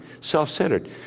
self-centered